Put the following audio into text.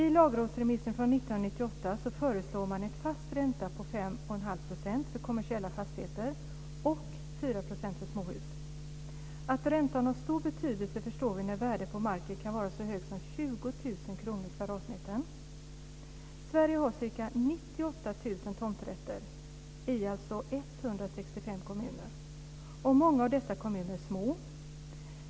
I lagrådsremissen från 1998 föreslår man en fast ränta på 4,5 % för kommersiella fastigheter och 4 % för småhus. Att räntan har stor betydelse förstår vi när värdet på marken kan vara så högt som 20 000 kr per kvadratmeter. Sverige har ca 98 000 tomträtter i 165 kommuner, och många av dessa kommuner är små.